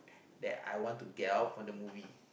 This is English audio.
that I want to get out from the movie